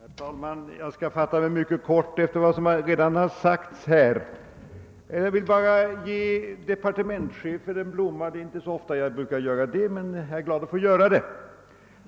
Herr talman! Jag skall fatta mig mycket kort med hänsyn till vad som redan har sagts. Jag vill bara ge departementschefen en blomma. Det är inte så ofta det händer, men jag är glad över att kunna göra det.